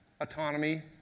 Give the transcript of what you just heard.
autonomy